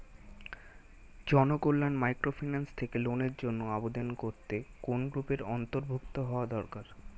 Janakalyan microfinance থেকে লোনের জন্য আবেদন করতে কোন গ্রুপের অন্তর্ভুক্ত হওয়া দরকার?